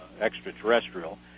extraterrestrial